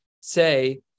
Say